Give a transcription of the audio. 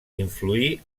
influí